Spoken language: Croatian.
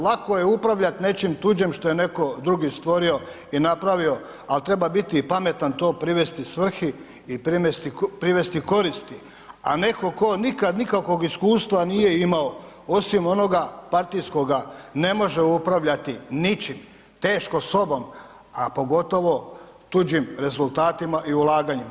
Lako je upravljati nečim tuđim što je neko drugi stvorio i napravio, ali treba biti pametan to privesti svrhi i privesti koristi, a neko ko niko nikakvog iskustva nije imao osim onoga partijskoga ne može upravljati ničim, teško sobom, a pogotovo tuđim rezultatima i ulaganjima.